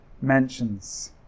mentions